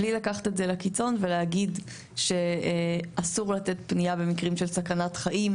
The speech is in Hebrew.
בלי לקחת את זה לקיצון ולהגיד שאסור לתת פנייה במקרים של סכנת חיים,